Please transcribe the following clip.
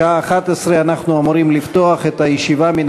בשעה 11:00 אנחנו אמורים לפתוח ישיבה מן